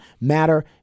matter